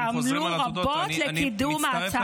שעמלו רבות על קידום ההצעה.